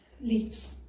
leaves